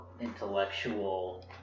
intellectual